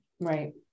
Right